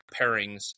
pairings